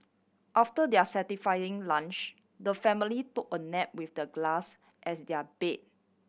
after their satisfying lunch the family took a nap with the glass as their bed